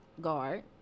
guard